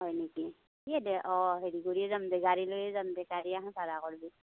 হয় নেকি ইয়ে দে অঁ হেৰি কৰিয়ে যাম দে গাড়ী লৈয়ে যাম দে গাড়ী এখন ভাড়া কৰিবি